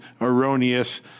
erroneous